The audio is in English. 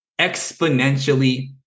exponentially